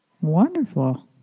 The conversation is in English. Wonderful